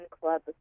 club